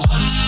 One